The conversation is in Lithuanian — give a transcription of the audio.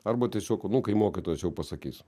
arba tiesiog nu kai mokytojas pasakys